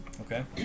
Okay